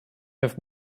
have